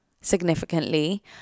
significantly